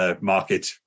market